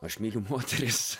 aš myliu moteris